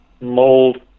Mold